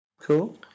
Cool